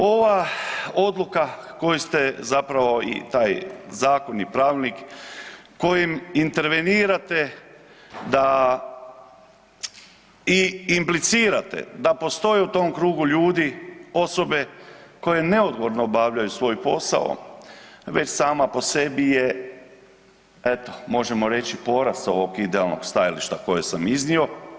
Ova odluka koju ste zapravo taj zakon i pravilnik kojim intervenirate da i implicirate da postoji u tom krugu ljudi osobe koje neodgovorno obavljaju svoj posao, već sama po sebi je eto možemo reći poraz ovog idealnog stajališta koji sam iznio.